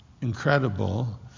Incredible